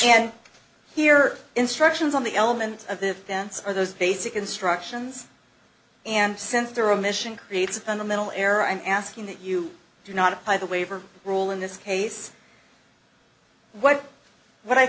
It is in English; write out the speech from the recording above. and here instructions on the elements of the dance are those basic instructions and since there omission creates a fundamental error i'm asking that you do not apply the waiver rule in this case what what i